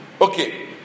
Okay